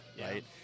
right